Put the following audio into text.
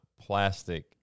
plastic